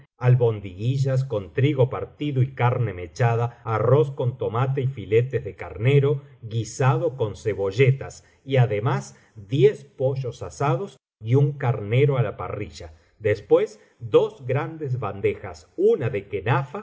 albondiguillas con trigo partido y carne mechada arroz con tomate y filetes de carnero guisado con cebolletas y además diez pollos asados y un carnero á la parrilla después dos grandes bandejas una de kenafa y